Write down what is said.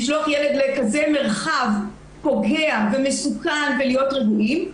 לשלוח ילד לכזה מרחב פוגע ומסוכן ולהיות רגועים.